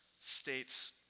states